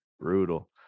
Brutal